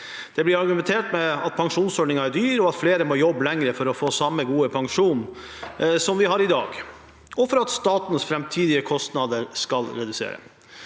Det blir argumentert med at pensjonsordningen er dyr, og at flere må jobbe lenger for å få den samme gode pensjonen som vi har i dag, og for at statens framtidige kostnader skal reduseres.